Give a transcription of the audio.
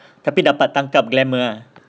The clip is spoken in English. tapi dapat tangkap glamour ah